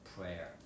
prayer